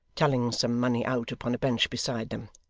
telling some money out, upon a bench beside them.